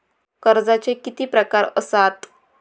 कर्जाचे किती प्रकार असात?